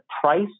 price